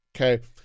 Okay